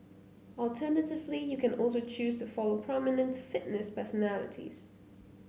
alternatively you can also choose to follow prominent fitness personalities